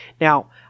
Now